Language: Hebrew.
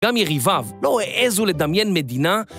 גם יריביו לא העזו לדמיין מדינה